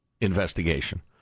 Investigation